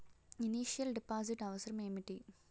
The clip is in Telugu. ఇనిషియల్ డిపాజిట్ అవసరం ఏమిటి?